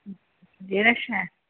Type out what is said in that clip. जेह्ड़ा शैल